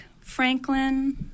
Franklin